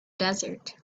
desert